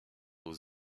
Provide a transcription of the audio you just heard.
aux